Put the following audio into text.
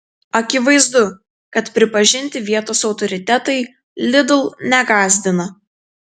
akivaizdu kad pripažinti vietos autoritetai lidl negąsdina